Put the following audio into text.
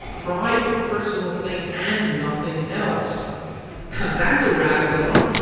private personal thing and nothing else now that's a radical argument.